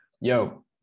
yo